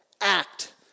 act